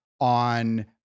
on